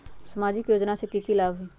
सामाजिक योजना से की की लाभ होई?